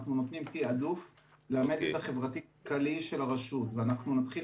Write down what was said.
אנחנו נותנים תיעדוף --- ואנחנו נתחיל